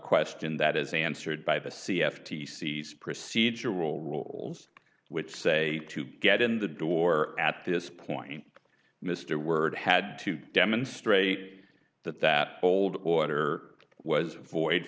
question that is answered by the c f t c s procedural rules which say to get in the door at this point mr word had to demonstrate that that old order was void